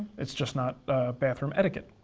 it's just not bathroom etiquette.